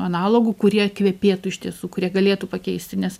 analogų kurie kvepėtų iš tiesų kurie galėtų pakeisti nes